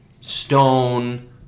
Stone